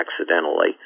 accidentally